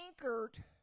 anchored